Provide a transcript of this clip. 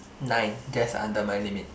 nine just under my limit